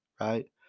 right